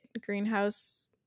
Greenhouse